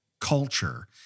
culture